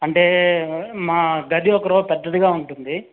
అంటే మా గది ఒకరవ్వ పెద్దదిగా ఉంటుంది